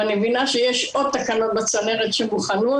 ואני מבינה שיש עוד תקנות בצנרת שמוכנות,